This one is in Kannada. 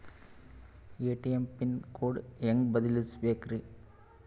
ಎ.ಟಿ.ಎಂ ಪಿನ್ ಕೋಡ್ ಹೆಂಗ್ ಬದಲ್ಸ್ಬೇಕ್ರಿ?